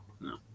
No